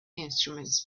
instruments